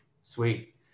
Sweet